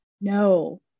No